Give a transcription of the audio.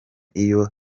iyo